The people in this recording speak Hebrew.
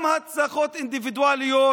גם הצלחות אינדיבידואליות,